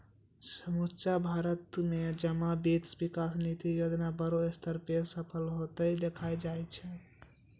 समुच्चा भारत मे जमा वित्त विकास निधि योजना बड़ो स्तर पे सफल होतें देखाय छै